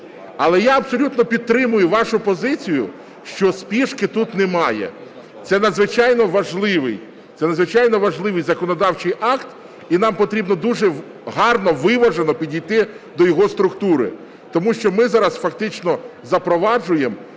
Але я абсолютно підтримую вашу позицію, що спішки тут немає. Це надзвичайно важливий, це надзвичайно важливий законодавчий акт, і нам потрібно гарно, виважено підійти до його структури. Тому що ми зараз фактично запроваджуємо